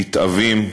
נתעבים,